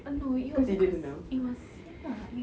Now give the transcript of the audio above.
uh no it was cause it was same lah he